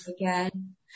again